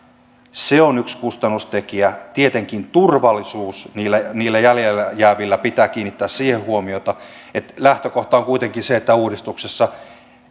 se on yksi kustannustekijä tietenkin turvallisuuteen niillä niillä jäljelle jäävillä pitää kiinnittää huomiota lähtökohta on kuitenkin se että uudistuksessa